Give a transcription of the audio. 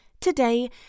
today